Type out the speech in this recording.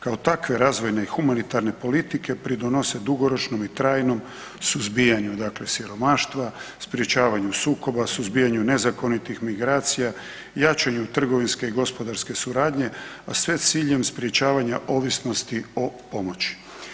Kao takve razvojne i humanitarne politike pridonose dugoročnom i trajnom suzbijanju, dakle siromaštva, sprječavanju sukoba, suzbijanju nezakonitih migracija, jačanju trgovinske i gospodarske suradnje, a sve s ciljem sprječavanja ovisnosti o pomoći.